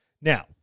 Now